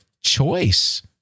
choice